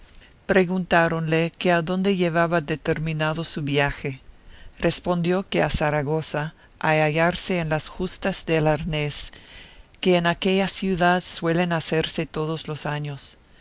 los ojos preguntáronle que adónde llevaba determinado su viaje respondió que a zaragoza a hallarse en las justas del arnés que en aquella ciudad suelen hacerse todos los años